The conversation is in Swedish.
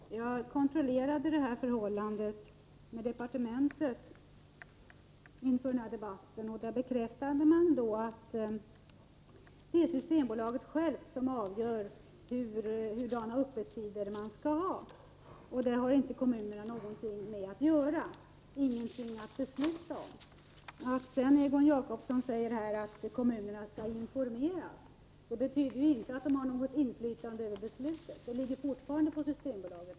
Herr talman! Inför denna debatt kontrollerade jag detta förhållande med departementet. Där bekräftade man att Systembolaget självt bestämmer öppettiderna. Kommunerna har i det fallet ingenting att besluta om. Att sedan Egon Jacobsson säger att kommunerna skall informeras betyder ju inte att de får något inflytande över beslutet. Beslutanderätten ligger fortfarande hos Systembolaget.